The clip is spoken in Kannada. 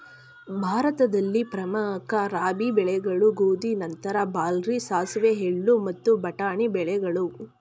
ಭಾರತದಲ್ಲಿ ಪ್ರಮುಖ ರಾಬಿ ಬೆಳೆಗಳು ಗೋಧಿ ನಂತರ ಬಾರ್ಲಿ ಸಾಸಿವೆ ಎಳ್ಳು ಮತ್ತು ಬಟಾಣಿ ಬೆಳೆಗಳು